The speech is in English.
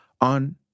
on